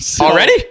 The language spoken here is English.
Already